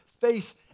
face